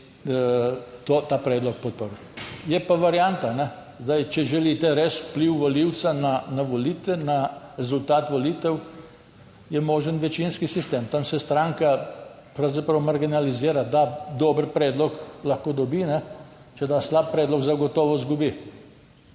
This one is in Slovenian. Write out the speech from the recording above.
ta predlog podprl. Je pa varianta, zdaj, če želite res vpliv volivca na volitve, na rezultat volitev je možen večinski sistem. Tam se stranka pravzaprav marginalizira, da dober predlog lahko dobi, če da slab predlog zagotovo izgubi.